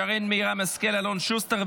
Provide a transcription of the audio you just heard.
שרן מרים השכל ואלון שוסטר,